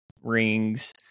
rings